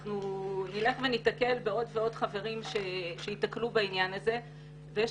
אנחנו ניתקל בעוד ועוד חברים שייתקלו בעניין הזה ויש